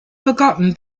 forgotten